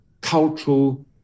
cultural